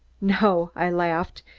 no, i laughed,